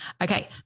Okay